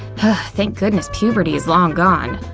thank goodness puberty is long gone.